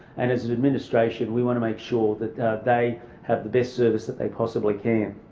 and as an administration we want to make sure that they have the best service that they possibly can.